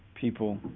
people